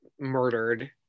murdered